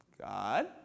God